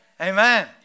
Amen